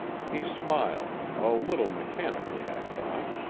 he smiled a little mechanically, i thought.